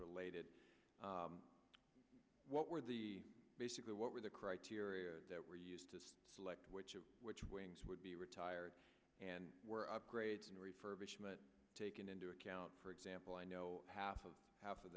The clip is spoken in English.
related to what were the basically what were the criteria that were used to select which is which wings would be retired and were upgraded refurbishment taken into account for example i know half of half of